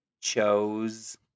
chose